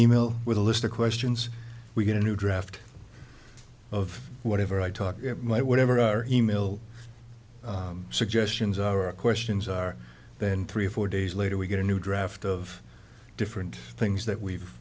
e mail with a list of questions we get a new draft of whatever i talk like whatever our e mail suggestions our questions are then three or four days later we get a new draft of different things that we've